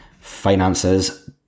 finances